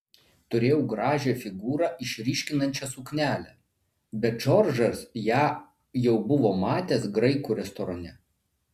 turėjau gražią figūrą išryškinančią suknelę bet džordžas ją jau buvo matęs graikų restorane